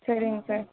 சரிங்க சார்